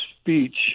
speech